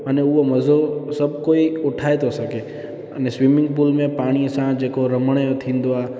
अने उहो मज़ो सभु कोई उठाए थो सघे स्वीमिंग पूल में पाणीअ सां जेको रमण जो थींदो आहे